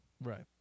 Right